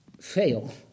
fail